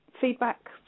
feedback